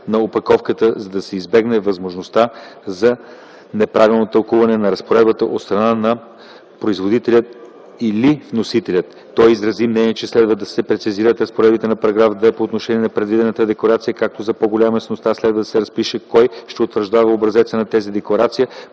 на опаковката, за да се избегне възможността за неправилно тълкуване на разпоредбата от страна на производителя или вносителя. Той изрази мнение, че следва да се прецизират разпоредбите на § 2 по отношение на предвидената декларация, като за по-голяма яснота следва да се разпише кой ще утвърждава образеца на тази декларация,